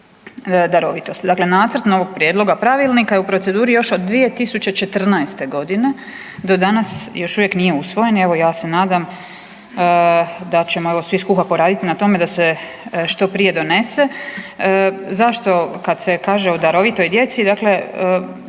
darovitost. Dakle, Nacrt novog Prijedloga pravilnika je u proceduri još od 2014. godine. Do danas još uvijek nije usvojen i evo ja se nadam da ćemo evo skupa poraditi na tome da se što prije donese. Zašto kada se kaže o darovitoj djeci,